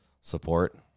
support